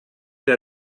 der